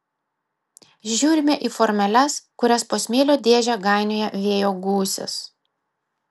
žiūrime į formeles kurias po smėlio dėžę gainioja vėjo gūsis